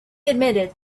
admitted